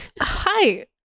Hi